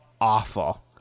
awful